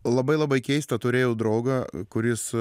labai labai keista turėjau draugą kuris